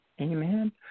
Amen